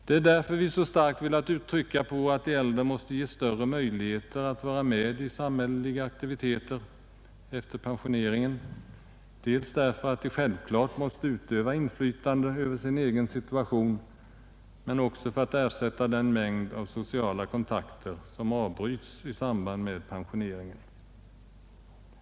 Det är därför vi så starkt har velat trycka på att de äldre måste ges större möjligheter att vara med i samhälleliga aktiviteter efter pensioneringen, dels därför att de självfallet måste utöva inflytande över sin egen situation men också för att ersätta den mängd av sociala kontakter som avbryts i samband med pensioneringen.